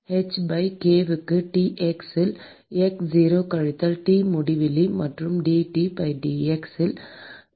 h by k க்கு T x இல் x 0 கழித்தல் T முடிவிலி மற்றும் dT by dx